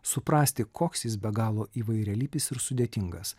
suprasti koks jis be galo įvairialypis ir sudėtingas